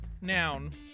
Noun